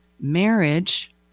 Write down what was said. marriage